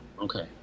okay